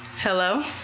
Hello